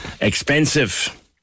Expensive